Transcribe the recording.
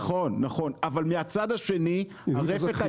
נכון, אבל מהצד השני הרפתן